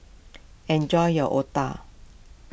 enjoy your Otah